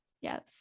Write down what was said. Yes